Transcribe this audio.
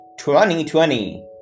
2020